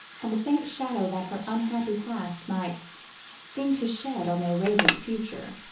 and the faint shadow that her unhappy past might seem to shed on their radiant future.